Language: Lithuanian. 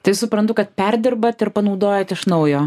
tai suprantu kad perdirbat ir panaudojat iš naujo